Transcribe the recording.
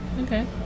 Okay